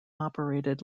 operated